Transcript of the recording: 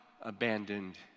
abandoned